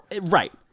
Right